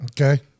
Okay